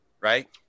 Right